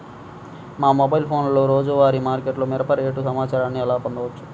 మా మొబైల్ ఫోన్లలో రోజువారీ మార్కెట్లో మిరప రేటు సమాచారాన్ని ఎలా పొందవచ్చు?